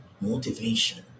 motivation